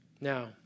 Now